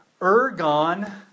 Ergon